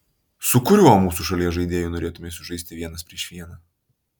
su kuriuo mūsų šalies žaidėju norėtumei sužaisti vienas prieš vieną